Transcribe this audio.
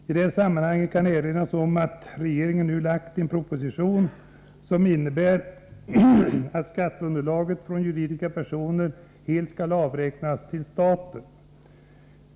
I detta sammanhang kan erinras om att regeringen nu framlagt en proposition som innebär att skatteunderlaget från juridiska personer helt skall avräknas till staten.